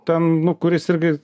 ten nu kuris irgi